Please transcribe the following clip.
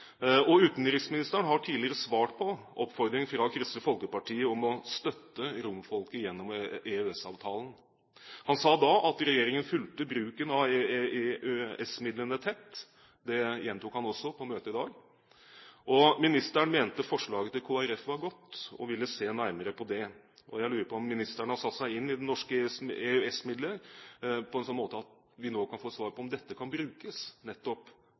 Utenriksministeren har tidligere svart på oppfordringen fra Kristelig Folkeparti om å støtte romfolket gjennom EØS-avtalen. Han sa da at regjeringen fulgte bruken av EØS-midlene tett. Det gjentok han også på møtet i dag. Ministeren mente at forslaget til Kristelig Folkeparti var godt og ville se nærmere på det. Jeg lurer på om ministeren har satt seg inn i bruken av de norske EØS-midlene på en slik måte at vi kan få svar på om disse kan brukes nettopp